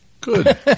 Good